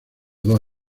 dos